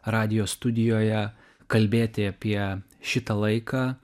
radijo studijoje kalbėti apie šitą laiką